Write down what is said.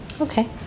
Okay